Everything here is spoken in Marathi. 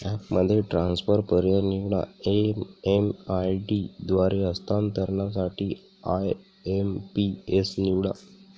ॲपमध्ये ट्रान्सफर पर्याय निवडा, एम.एम.आय.डी द्वारे हस्तांतरणासाठी आय.एम.पी.एस निवडा